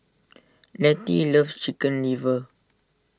Letty loves Chicken Liver